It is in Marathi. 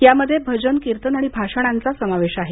यामध्ये भजन कीर्तन आणि भाषणांचा समावेश आहे